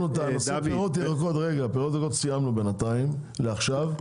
אנחנו את נושא הפירות והירקות סיימנו בינתיים לעכשיו.